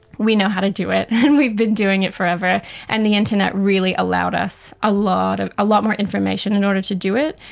we know how to do it and we've been doing it forever and the internet really allowed us a lot ah lot more information in order to do it,